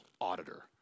auditor